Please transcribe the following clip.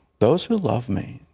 those who love me,